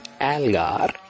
Algar